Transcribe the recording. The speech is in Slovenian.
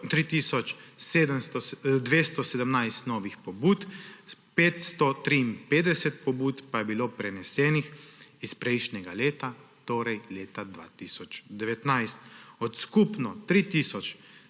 217 novih pobud, 553 pobud pa je bilo prenesenih iz prejšnjega leta, torej leta 2019. Od skupno 3